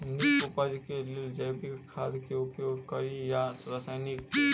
नीक उपज केँ लेल जैविक खाद केँ उपयोग कड़ी या रासायनिक केँ?